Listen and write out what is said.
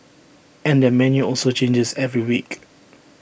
and their menu also changes every week